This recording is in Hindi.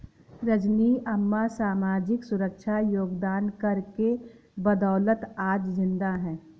रजनी अम्मा सामाजिक सुरक्षा योगदान कर के बदौलत आज जिंदा है